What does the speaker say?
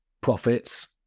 profits